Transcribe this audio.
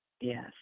Yes